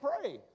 pray